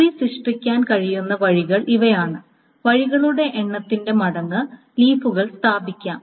tree സൃഷ്ടിക്കാൻ കഴിയുന്ന വഴികൾ ഇവയാണ് വഴികളുടെ എണ്ണത്തിന്റെ മടങ്ങ് ലീഫുകൾ സ്ഥാപിക്കാം